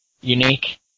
Unique